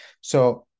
So-